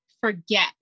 forget